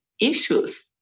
issues